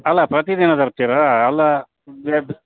ಅಲ ಪ್ರತಿದಿನ ತರ್ತೀರಾ ಅಲ್ಲ ಬ್ಲಡ್